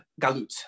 Galut